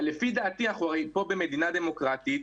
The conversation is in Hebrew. אבל, לפי דעתי, אנחנו פה במדינה דמוקרטית.